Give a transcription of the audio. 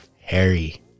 Harry